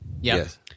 Yes